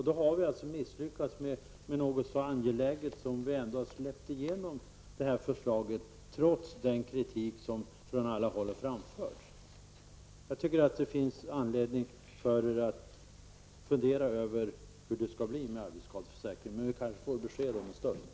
Då har vi kanske misslyckats med något angeläget. Vi har släppt igenom förslaget, trots den kritik som från alla håll har framförts. Jag tycker att det finns anledning att fundera över hur det skall bli med arbetsskadeförsäkringen. Men vi får kanske besked om en stund.